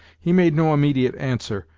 he made no immediate answer,